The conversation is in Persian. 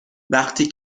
وقتی